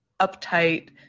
uptight